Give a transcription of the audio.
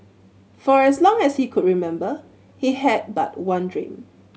for as long as he could remember he had but one dream